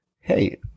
Hey